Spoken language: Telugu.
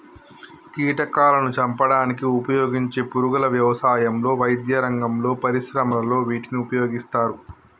కీటకాలాను చంపడానికి ఉపయోగించే పురుగుల వ్యవసాయంలో, వైద్యరంగంలో, పరిశ్రమలలో వీటిని ఉపయోగిస్తారు